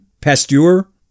Pasteur